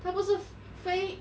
他不是飞